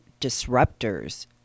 disruptors